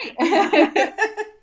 right